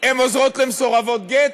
הם עוזרים למסורבות גט?